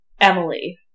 Emily